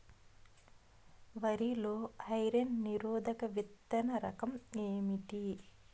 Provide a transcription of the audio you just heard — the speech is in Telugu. వరి లో ఐరన్ నిరోధక విత్తన రకం ఏంటి?